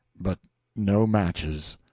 but no matches.